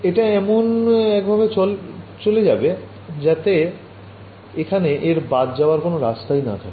এটা এমন একভাবে চলে যাবে যাতে এখানে এর বাদ যাওয়ার কোন রাস্তাই না থাকে